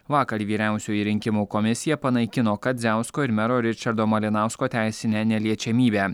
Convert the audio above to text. vakar vyriausioji rinkimų komisija panaikino kadziausko ir mero ričardo malinausko teisinę neliečiamybę